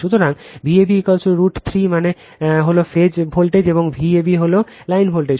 সুতরাং Vab √ 3 মানে হল ফেজ ভোল্টেজ এবং Vab হল লাইন ভোল্টেজ